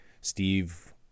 Steve